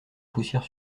poussière